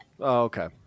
okay